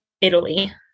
Italy